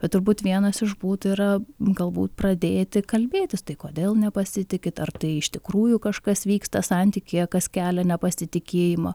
bet turbūt vienas iš būdų yra galbūt pradėti kalbėtis tai kodėl nepasitikit ar tai iš tikrųjų kažkas vyksta santykyje kas kelia nepasitikėjimą